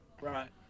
Right